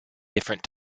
different